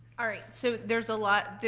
all right so there's a lot.